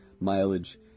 mileage